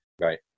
Right